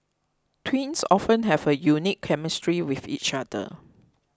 twins often have a unique chemistry with each other